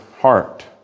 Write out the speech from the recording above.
heart